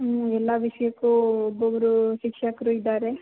ಹ್ಞೂ ಎಲ್ಲ ವಿಷಯಕ್ಕೂ ಒಬ್ಬೊಬ್ರು ಶಿಕ್ಷಕರು ಇದ್ದಾರೆ